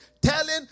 telling